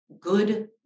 good